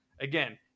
Again